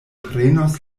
prenos